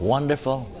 Wonderful